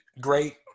great